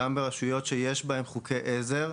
גם ברשויות שיש בהן חוקי עזר,